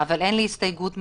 אבל אין לי הסתייגות מהתוכן.